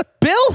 Bill